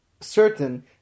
certain